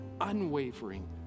unwavering